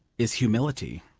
is humility.